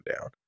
down